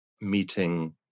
meeting